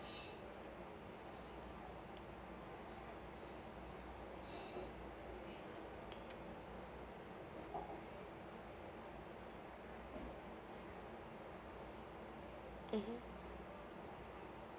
mmhmm